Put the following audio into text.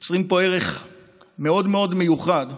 יוצר פה ערך מאוד מיוחד.